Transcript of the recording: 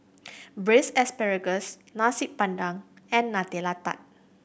Braised Asparagus Nasi Padang and Nutella Tart